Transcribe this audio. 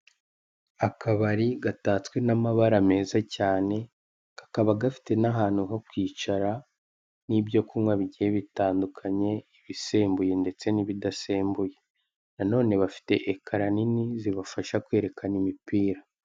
Abari gatatswe n'amabara meza cyane kakaba gafite ahantu ho kwicara heza, n'ibyo kunywa bigiye bitandukanye, ibisembuye ndetse n'idasembuze, na none bafite ekara nini zbafasha kwerekana imipira.